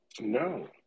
No